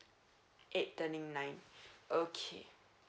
eight turning nine okay